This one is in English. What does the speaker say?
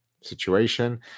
situation